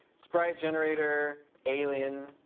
sprite generator, alien